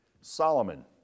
Solomon